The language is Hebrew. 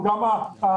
הוא גם העובד.